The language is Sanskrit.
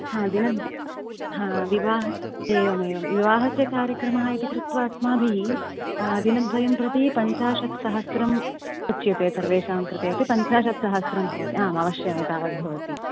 हा दिन हा विवाह एवमेवं विवाहस्य कार्यक्रमः इति कृत्वा अस्माभिः दिनद्वयं प्रति पञ्चाशत् सहस्रम् उच्यते सर्वेषां कृते पञ्चाशत् सहस्रं भवति आम् अवश्यम् एतावद् भवति